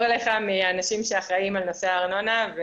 אליך מהאנשים שהאחראים על נושא הארנונה.